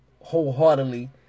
wholeheartedly